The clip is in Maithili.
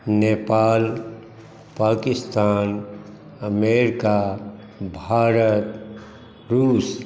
नेपाल पाकिस्तान अमेरिका भारत रूस